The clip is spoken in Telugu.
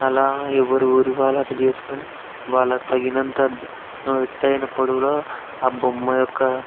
అలా ఎవరి ఊరు వాళ్ళు అట్లా చేసుకుని వాళ్ళ తగినంత ఎత్తైన పొడవులో ఆ బొమ్మ యొక్క